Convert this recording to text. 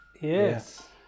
yes